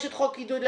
יש את חוק עידוד,